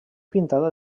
pintada